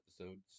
episodes